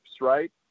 right